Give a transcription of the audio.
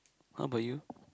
how bout you